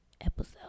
episode